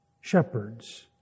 shepherds